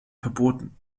verboten